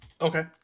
Okay